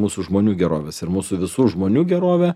mūsų žmonių gerovės ir mūsų visų žmonių gerovė